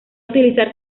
utilizar